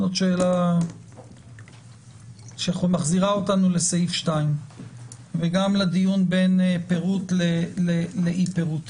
עוד שאלה שמחזירה אותנו לסעיף 2 וגם לדיון בין פירוט לאי פירוט: